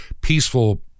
peaceful